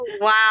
Wow